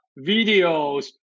videos